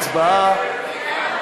הצבעה.